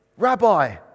Rabbi